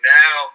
now